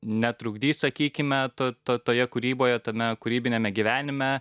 netrukdys sakykime to to toje kūryboje tame kūrybiniame gyvenime